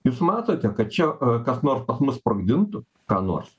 jūs matote kad čia kas nors pas mus sprogdintų ką nors